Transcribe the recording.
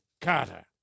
Carter